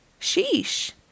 Sheesh